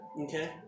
Okay